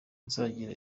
nzagira